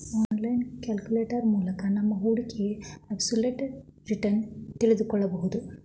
online calculator ಮೂಲಕ ನಮ್ಮ ಹೂಡಿಕೆಯ ಅಬ್ಸಲ್ಯೂಟ್ ರಿಟರ್ನ್ ತಿಳಿದುಕೊಳ್ಳಬಹುದು